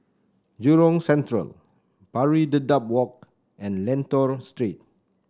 Jurong Central Pari Dedap Walk and Lentor Street